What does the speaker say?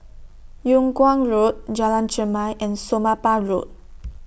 Yung Kuang Road Jalan Chermai and Somapah Road